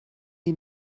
die